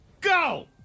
go